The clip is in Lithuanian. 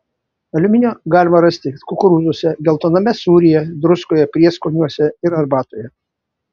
aliuminio galima rasti kukurūzuose geltoname sūryje druskoje prieskoniuose ir arbatoje